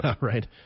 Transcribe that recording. Right